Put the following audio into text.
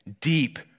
deep